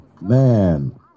Man